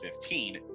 2015